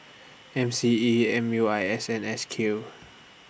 M C E M U I S and S Q